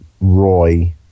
Roy